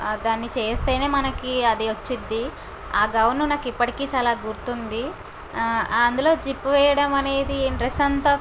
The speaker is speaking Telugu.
దాన్ని చేస్తేనే మనకి అది వస్తుంది ఆ గౌను నాకు ఇప్పటికి చాల గుర్తుంది ఆ అందులో జిప్ వెయ్యడం అనేది డ్రెస్ అంతా